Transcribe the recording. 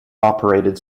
operated